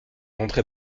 entrée